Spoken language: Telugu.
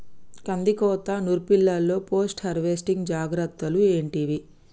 కందికోత నుర్పిల్లలో పోస్ట్ హార్వెస్టింగ్ జాగ్రత్తలు ఏంటివి?